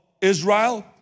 Israel